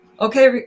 okay